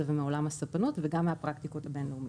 ומעולם הספנות וגם מהפרקטיקות הבין-לאומיות.